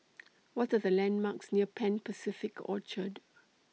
What Are The landmarks near Pan Pacific Orchard